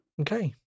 Okay